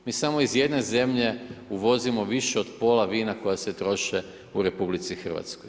Mi samo iz jedne zemlje uvozimo više od pola vina koja se troše u RH.